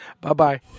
Bye-bye